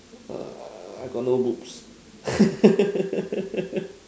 err I got no boobs